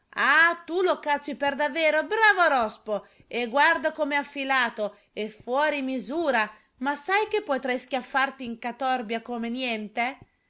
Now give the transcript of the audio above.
ah tu lo cacci per davvero bravo rospo e guarda com'è affilato e fuori misura ma sai che potrei schiaffarti in catorbia come niente